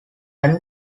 brutal